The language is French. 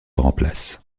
remplace